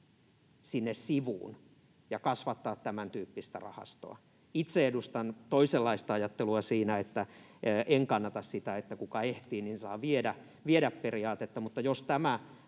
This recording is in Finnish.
sinne sivuun ja kasvattaa tämän tyyppistä rahastoa? Itse edustan toisenlaista ajattelua siinä. En kannata sitä ”kuka ehtii, saa viedä” ‑periaatetta. Mutta jos tämä